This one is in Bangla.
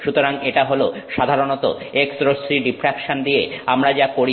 সুতরাং এটা হল সাধারণত X রশ্মি ডিফ্রাকশন দিয়ে আমরা যা করি